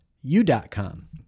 u.com